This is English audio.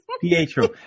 Pietro